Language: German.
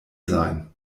sein